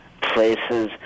places